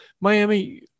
Miami